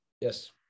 yes